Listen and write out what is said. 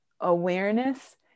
awareness